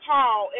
Paul